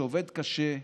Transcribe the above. שעובד קשה,